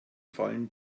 fallen